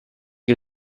che